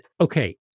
okay